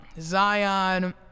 Zion